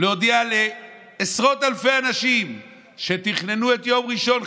להודיע לעשרות אלפי אנשים שתכננו את יום ראשון,